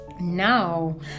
Now